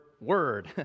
word